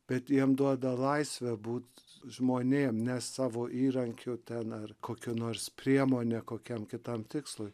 bet jiem duoda laisvę būt žmonėm ne savo įrankiu ten ar kokia nors priemone kokiam kitam tikslui